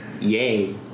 Yay